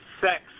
sex